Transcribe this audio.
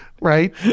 Right